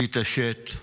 תתעשת.